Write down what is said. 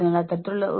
എന്തോ പ്രശ്നമുണ്ട്